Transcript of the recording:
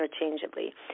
interchangeably